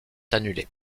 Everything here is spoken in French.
annulé